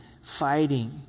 fighting